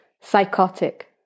psychotic